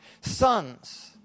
Sons